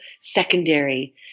secondary